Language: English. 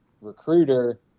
recruiter